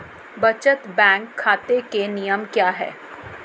बचत बैंक खाता के नियम क्या हैं?